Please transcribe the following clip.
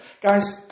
Guys